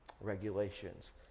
regulations